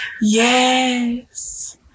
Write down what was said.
Yes